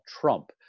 Trump